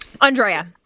andrea